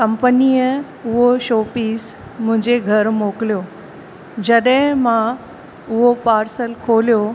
कंपनीअ उहो show piece मुंहिंजे घरि मोकिलियो जॾहिं मां उहो पार्सल खोलियो